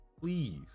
Please